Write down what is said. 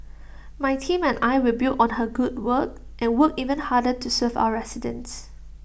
my team and I will build on her good work and work even harder to serve our residents